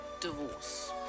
divorce